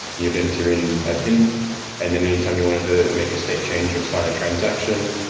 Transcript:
you'd enter in a pin and then anytime you wanted to make a state change or sign a transaction,